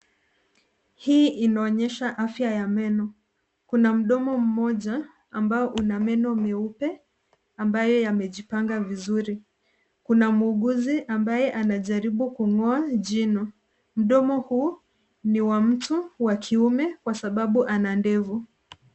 Hii inaonyesha afya ya meno. Kuna mdomo moja ambao una meno meupe ambayo yamejipanga vizuri. Kuna muuguzi ambaye anajaribu kung'oa jino. Mdomo huu ni wa mtu wa kiume kwa sababu ana ndevu.